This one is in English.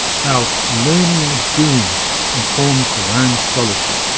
how learning as doing informs their own scholarship.